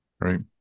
Right